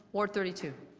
ward thirty two.